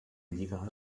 lliga